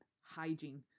hygiene